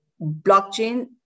Blockchain